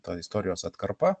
ta istorijos atkarpa